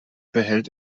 behält